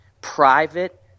private